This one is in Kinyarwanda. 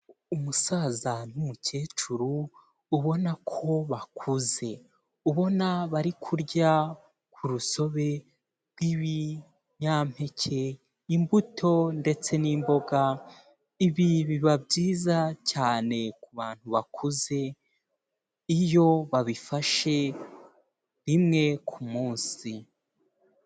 Umusaza n'umukecuru ubona ko bakuze, ubona bari kurya ku rusobe rw'ibinyampeke, imbuto ndetse n'imboga, ibi biba byiza cyane ku bantu bakuze iyo babifashe rimwe ku munsi.